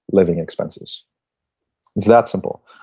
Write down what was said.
living expenses. it's that simple,